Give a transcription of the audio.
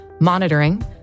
monitoring